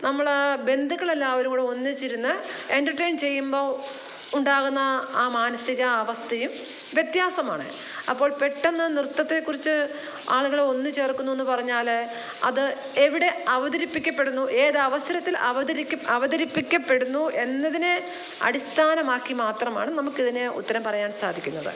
നമ്മൾ ബന്ധുക്കളെല്ലാവരും കൂടെ ഒന്നിച്ചിരുന്ന് എൻ്റർടെയ്ൻ ചെയ്യുമ്പോൾ ഉണ്ടാകുന്ന ആ മാനസിക അവസ്ഥയും വ്യത്യാസമാണ് അപ്പോൾ പെട്ടെന്ന് നൃത്തത്തെ കുറിച്ച് ആളുകൾ ഒന്നു ചേർക്കുന്നെന്ന് പറഞ്ഞാൽ അത് എവിടെ അവതരിപ്പിക്കപ്പെടുന്നു ഏത് അവസരത്തിൽ അവതരിപ്പിക്കുന്നു അവതരിപ്പിക്കപ്പെടുന്നു എന്നതിനെ അടിസ്ഥാനമാക്കി മാത്രമാണ് നമുക്കിതിന് ഉത്തരം പറയാൻ സാധിക്കുന്നത്